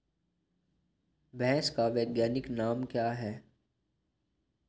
भैंस का वैज्ञानिक नाम क्या है?